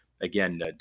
Again